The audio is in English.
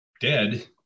dead